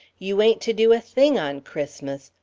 you ain't to do a thing on christmas.